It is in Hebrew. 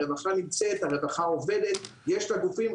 הרווחה נמצאת ועובדת יש את הגופים,